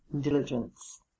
diligence